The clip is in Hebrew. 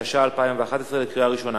התשע"א 2011, בקריאה ראשונה.